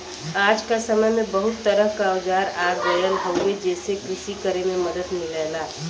आज क समय में बहुत तरह क औजार आ गयल हउवे जेसे कृषि करे में मदद मिलला